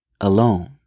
alone